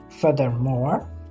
Furthermore